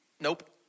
Nope